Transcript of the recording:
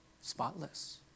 spotless